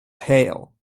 hail